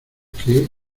que